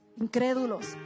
Incrédulos